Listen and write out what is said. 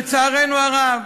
לצערנו הרב,